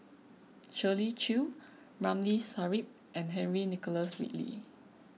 Shirley Chew Ramli Sarip and Henry Nicholas Ridley